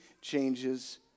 changes